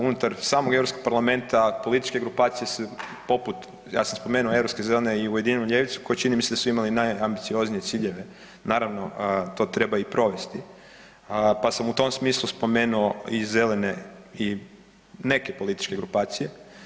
Unutar samog Europskog parlamenta političke grupacije su poput, ja sam spomenuo europske zelene i ujedinjenu ljevicu koji čini mi se da su imali najambicioznije ciljeve, naravno to treba i provesti, pa sam u tom smislu spomenuo i zelene i neke političke grupacije.